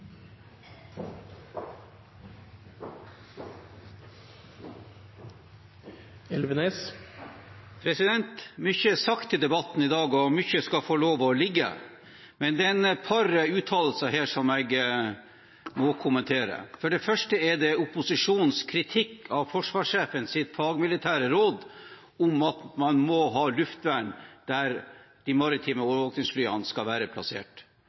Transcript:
sagt i debatten i dag, og mye skal få lov til å ligge. Men det er et par uttalelser her som jeg må kommentere. For det første er det opposisjonens kritikk av forsvarssjefens fagmilitære råd om at man må ha luftvern der de maritime overvåkningsflyene skal være plassert.